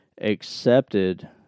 accepted